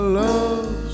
love